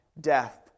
death